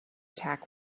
attack